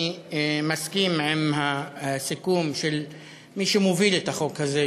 אני מסכים עם הסיכום של מי שמוביל את החוק הזה,